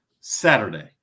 Saturday